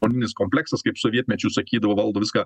undinės kompleksas kaip sovietmečiu sakydavo valdo viską